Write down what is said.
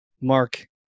Mark